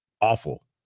awful